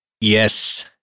Yes